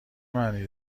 معنی